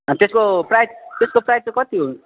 अनि त्यसको प्राइस त्यसको प्राइस चाहिँ कति हो